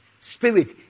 spirit